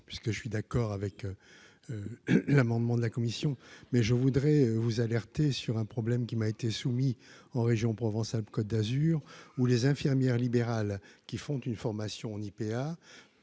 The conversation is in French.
puisque je suis d'accord avec l'amendement de la commission, mais je voudrais vous alerter sur un problème qui m'a été soumis en région Provence-Alpes-Côte d'Azur où les infirmières libérales qui font une formation en IPA